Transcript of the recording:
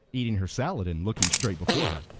eating her salad and looking straight before her.